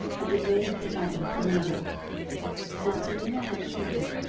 and the name of the other peninnah and peninnah had children,